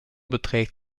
beträgt